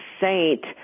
saint